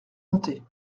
montait